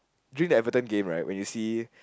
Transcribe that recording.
during the Everton game right when you see